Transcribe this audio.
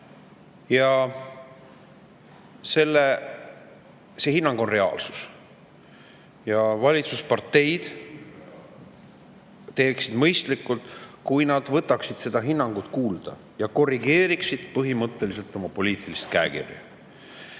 Ja see hinnang on reaalsus. Valitsusparteid teeksid mõistlikult, kui nad võtaksid seda hinnangut kuulda ja korrigeeriksid põhimõtteliselt oma poliitilist käekirja.